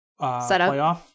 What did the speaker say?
playoff